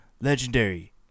legendary